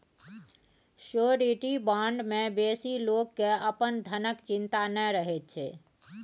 surety bond मे बेसी लोक केँ अपन धनक चिंता नहि रहैत छै